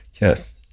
Yes